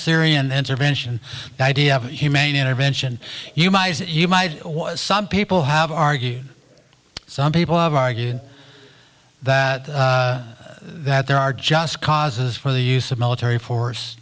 syrian intervention the idea of a humane intervention you might you might some people have argued some people have argued that that there are just causes for the use of military force